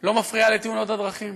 לא מפריעה לתאונות הדרכים.